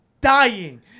dying